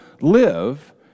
live